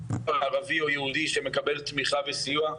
ערבי או יהודי שמקבל תמיכה וסיוע,